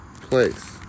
place